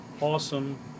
awesome